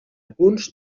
punts